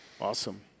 Awesome